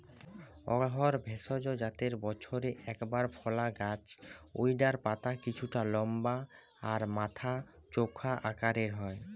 অড়হর ভেষজ জাতের বছরে একবার ফলা গাছ জউটার পাতা কিছুটা লম্বা আর মাথা চোখা আকারের হয়